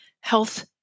health